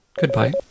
Goodbye